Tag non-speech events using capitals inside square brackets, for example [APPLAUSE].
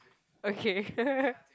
okay [LAUGHS]